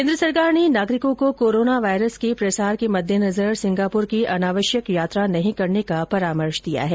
केन्द्र सरकार ने नागरिकों को कोरोना वायरस के प्रसार के मद्देनजर सिंगापुर की अनावश्यक यात्रा नहीं करने का परामर्श दिया है